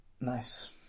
Nice